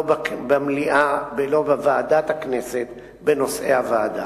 לא במליאה ולא בוועדה של הכנסת, בנושאי הוועדה.